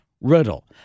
Riddle